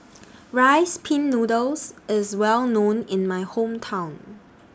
Rice Pin Noodles IS Well known in My Hometown